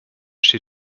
steht